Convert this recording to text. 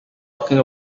talking